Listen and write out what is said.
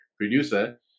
producer